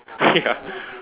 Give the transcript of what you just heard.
ya